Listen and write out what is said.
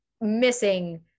missing